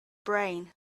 brain